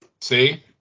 See